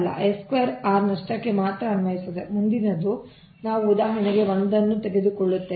ಆದ್ದರಿಂದ i2 R ನಷ್ಟಕ್ಕೆ ಮಾತ್ರ ಅನ್ವಯಿಸುತ್ತದೆ ಮುಂದಿನ ನಾವು ಉದಾಹರಣೆಗೆ 1 ಉದಾಹರಣೆಯನ್ನು ತೆಗೆದುಕೊಳ್ಳುತ್ತೇವೆ